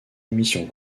émission